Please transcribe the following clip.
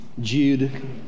Jude